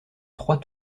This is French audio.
trois